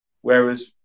Whereas